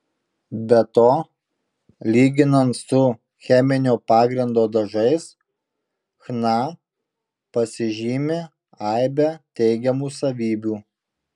be to lyginant su cheminio pagrindo dažais chna pasižymi aibe teigiamų savybių